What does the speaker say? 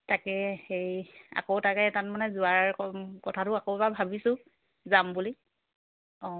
তাকে হেৰি আকৌ তাকে তাত মানে যোৱাৰ ক কথাটো আকৌ এবাৰ ভাবিছোঁ যাম বুলি অঁ